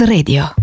Radio